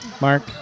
Mark